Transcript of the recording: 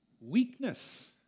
weakness